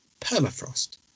permafrost